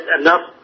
enough